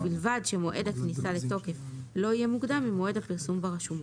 ובלבד שמועד הכניסה לתוקף לא יהיה מוקדם ממועד הפרסום ברשומות.